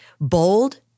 bold